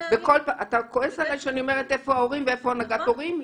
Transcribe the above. אתה כועס עלי שאני אומרת איפה ההורים ואיפה הנהגת הורים?